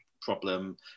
problem